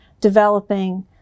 developing